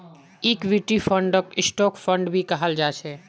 equity फंडक stock fund भी कहाल जा छे